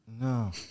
No